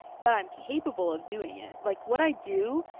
but i'm capable of doing it. like, what i do,